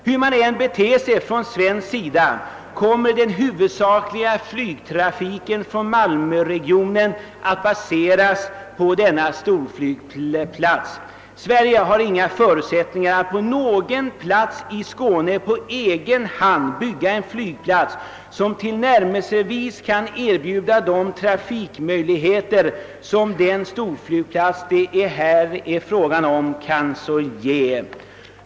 Hur man än beter sig från svensk sida kommer den huvudsakliga flygtrafiken från malmöregionen att baseras på denna storflygplats. Sverige har inga förutsättningar att på någon plats i Skåne på egen hand bygga en flygplats som kan erbjuda tillnärmelsevis de trafikmöjligheter, som den storflygplats det här är fråga om kan ge.